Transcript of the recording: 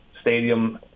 stadium